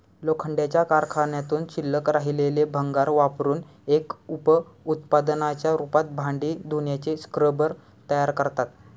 लोखंडाच्या कारखान्यातून शिल्लक राहिलेले भंगार वापरुन एक उप उत्पादनाच्या रूपात भांडी धुण्याचे स्क्रब तयार करतात